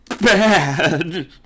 bad